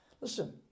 Listen